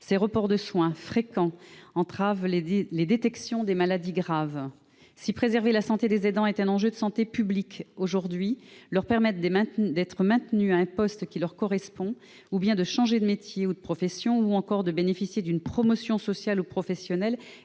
Ces reports de soins, fréquents, entravent la détection des maladies graves. Si préserver la santé des aidants est un enjeu de santé publique aujourd'hui, leur permettre d'être maintenus à un poste qui leur correspond, ou de changer de métier ou de profession, ou encore de bénéficier d'une promotion sociale ou professionnelle,